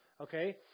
Okay